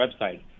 website